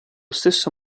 stesso